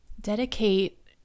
Dedicate